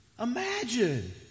Imagine